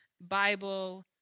Bible